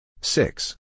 Six